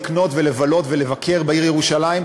לקנות ולבלות ולבקר בעיר ירושלים,